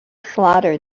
slaughter